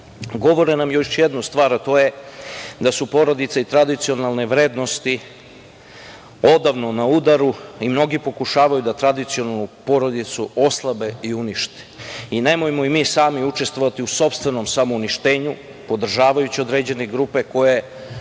govore nam još jednu stvar, a to je da su porodice i tradicionalne vrednosti odavno na udaru. Mnogi pokušavaju da tradicionalnu porodicu oslabe i unište. Nemojmo i mi sami učestvovati u sopstvenom samouništenju, podržavajući određene grupe koje